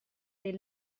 des